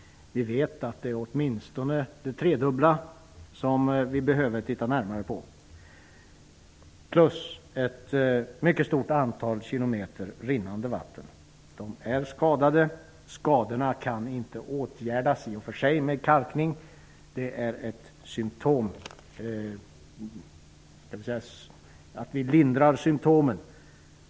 Vi vet att vi åtminstone behöver titta närmare på det tredubbla antalet sjöar, plus ett mycket stort antal kilometer rinnande vatten. Dessa vatten är skadade. Skadorna kan inte i och för sig åtgärdas med kalkning. Vi lindrar symtomen.